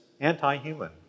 anti-human